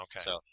Okay